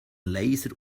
laser